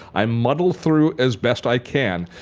i muddle through as best i can.